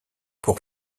pour